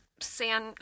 san